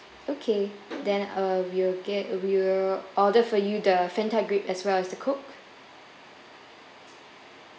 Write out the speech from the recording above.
okay then uh we'll get uh we will order for you the fanta grape as well as the coke